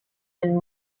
and